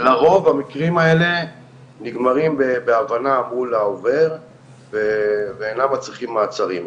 ולמרות המקרים האלה נגמרים בהבנה מול העובר ואינם מצריכים מעצרים.